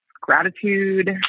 gratitude